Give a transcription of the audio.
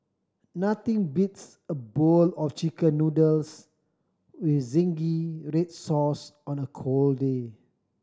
nothing beats a bowl of Chicken Noodles with zingy red sauce on a cold day